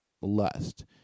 Lust